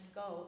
go